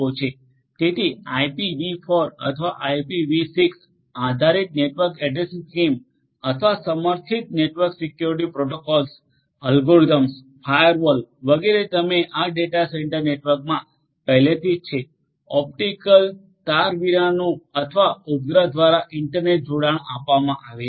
તેથી આઇપીવી4 અથવા આઇપીવી6 આધારિત નેટવર્ક એડ્રેસિંગ સ્કીમ અથવા સમર્થિત network security protocols algorithms firewall વગેરે તમે આ ડેટા સેંટર નેટવર્કમાં પહેલેથી જ છે ઓપ્ટિકલ તાર વીનાનું અથવા ઉપગ્રહ દ્વારા ઇન્ટરનેટ જોડાણ આપવામાં આવે છે